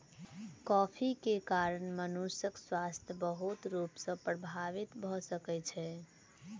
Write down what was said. coffee के कारण मनुषक स्वास्थ्य बहुत रूप सॅ प्रभावित भ सकै छै